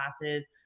classes